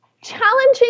challenging